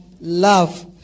love